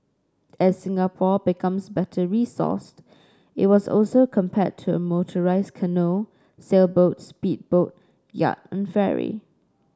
as Singapore becomes better resourced it was also compared to a motorised canoe sailboat speedboat yacht and ferry